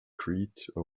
crete